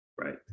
right